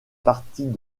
parties